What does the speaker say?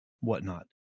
whatnot